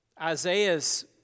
Isaiah's